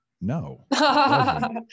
no